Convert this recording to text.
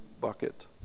bucket